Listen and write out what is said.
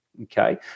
Okay